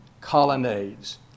colonnades